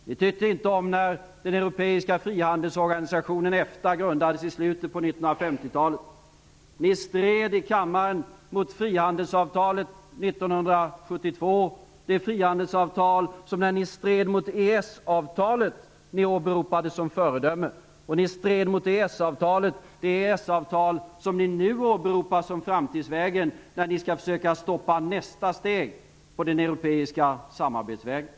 Ni tyckte inte om att den europeiska frihandelsorganisationen EFTA grundades i slutet av 1950-talet. Ni stred i kammaren mot frihandelsavtalet 1972, det frihandelsavtal som ni åberopade som föredöme när ni stred mot EES-avtalet. Ni stred mot EES-avtalet, det EES-avtal som ni nu åberopar som framtidsvägen när ni skall försöka att stoppa nästa steg på den europeiska samarbetsvägen.